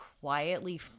quietly